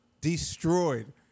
destroyed